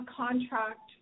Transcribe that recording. contract